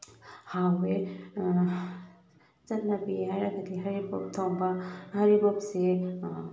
ꯍꯥꯎꯋꯦ ꯆꯠꯅꯕꯤ ꯍꯥꯏꯔꯒꯗꯤ ꯍꯩꯔꯤꯕꯣꯞ ꯊꯣꯡꯕ ꯍꯩꯔꯤꯕꯣꯞꯁꯤ